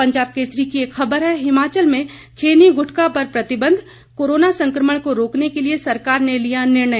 पंजाब केसरी की एक खबर है हिमाचल में खैनी गुटखा पर प्रतिबंध कोरोना संकमण को रोकने के लिए सरकार ने लिया निर्णय